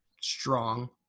strong